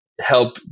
help